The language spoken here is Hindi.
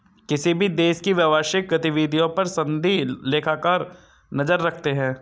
किसी भी देश की व्यवसायिक गतिविधियों पर सनदी लेखाकार नजर रखते हैं